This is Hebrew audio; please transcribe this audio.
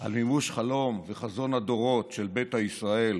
על מימוש חלום וחזון הדורות של ביתא ישראל